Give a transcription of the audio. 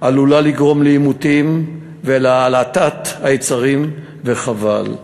עלולה לגרום לעימותים ולהלהטת היצרים, וחבל.